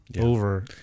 over